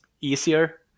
easier